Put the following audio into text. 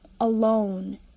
alone